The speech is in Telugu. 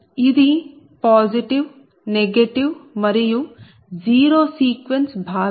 ఇది పాజిటివ్ నెగటివ్ మరియు జీరో సీక్వెన్స్ భాగం